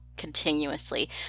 continuously